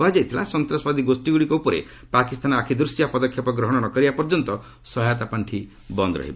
କୁହାଯାଇଥିଲା ସନ୍ତାସବାଦୀ ଗୋଷ୍ଠୀଗୁଡ଼ିକ ଉପରେ ପାକିସ୍ତାନ ଆଖିଦ୍ଶିଆ ପଦକ୍ଷେପ ଗ୍ରହଣ ନକରିବା ପର୍ଯ୍ୟନ୍ତ ସହାୟତା ପାଶ୍ଚି ବନ୍ଦ ରହିବ